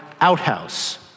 outhouse